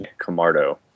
camardo